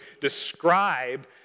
describe